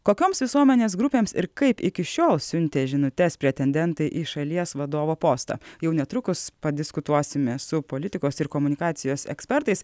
kokioms visuomenės grupėms ir kaip iki šiol siuntė žinutes pretendentai į šalies vadovo postą jau netrukus padiskutuosime su politikos ir komunikacijos ekspertais